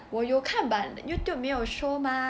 我有看 but Youtube 没有 show mah